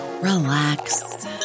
relax